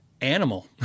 animal